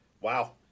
Wow